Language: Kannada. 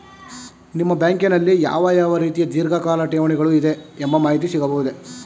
ನಿಮ್ಮ ಬ್ಯಾಂಕಿನಲ್ಲಿ ಯಾವ ಯಾವ ರೀತಿಯ ಧೀರ್ಘಕಾಲ ಠೇವಣಿಗಳು ಇದೆ ಎಂಬ ಮಾಹಿತಿ ಸಿಗಬಹುದೇ?